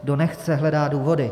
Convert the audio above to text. Kdo nechce, hledá důvody.